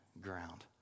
ground